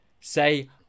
Say